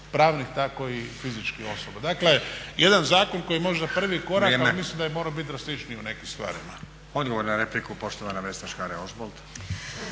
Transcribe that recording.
pravnih tako i fizičkih osoba. Dakle, jedan zakon koji je možda prvi korak ali mislim da je morao biti drastičniji u nekim stvarima. **Stazić, Nenad (SDP)** Odgovor na repliku, poštovana Vesna Škare-Ožbolt.